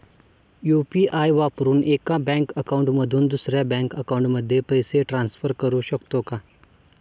UPI वापरून एका bank account मधून दुसऱ्या बँक अकाउंटमध्ये पैसे ट्रान्सफर करू शकतो का?